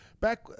back